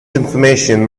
information